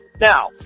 Now